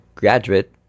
graduate